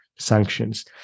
Sanctions